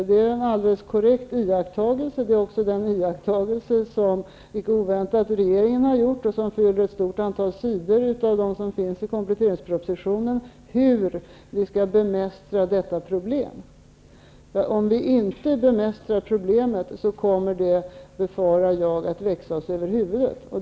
Det är en alldeles korrekt iakttagelse, och det är också den iakttagelse som inte oväntat rgeringen har gjort och som fyller ett stort antal sidor i kompletteringspropositionen -- hur vi skall bemästra detta problem. Om vi inte bemästrar problemet så kommer det, befarar jag, att växa oss över huvudet.